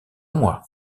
mois